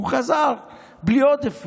הוא חזר בלי עודף,